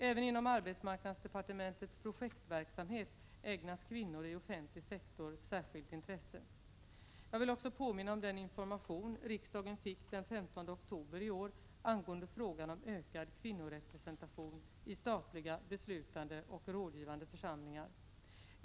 Även i arbetsmarknadsdepartementets projektverksamhet ägnas kvinnor i offentlig sektor särskilt intresse. Jag vill också påminna om den information riksdagen fick den 15 oktober i år angående frågan om ökad kvinnorepresentation i statliga beslutande och rådgivande församlingar.